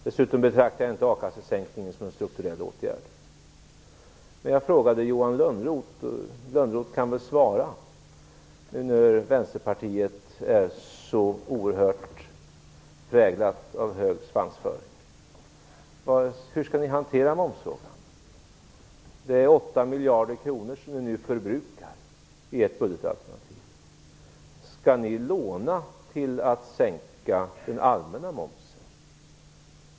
Dessutom betraktar jag inte a-kassesänkningen som en strukturell åtgärd. Jag ställde en fråga till Johan Lönnroth, och han kan väl svara nu när Vänsterpartiet är så oerhört präglat av hög svansföring. Hur skall ni hantera momsfrågan? Det är 8 miljarder kronor som ni förbrukar i ert budgetalternativ. Skall ni låna till att sänka den allmänna momsen?